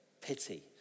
pity